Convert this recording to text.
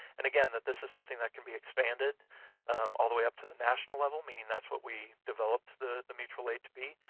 and, again, that this is something that can be expanded all the way up to the national level, meaning that's what we developed the the mutual aid to be.